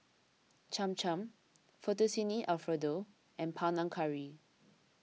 Cham Cham Fettuccine Alfredo and Panang Curry